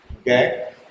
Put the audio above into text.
okay